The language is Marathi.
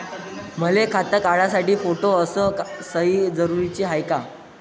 मले खातं काढासाठी फोटो अस सयी जरुरीची हाय का?